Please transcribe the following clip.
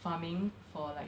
farming for like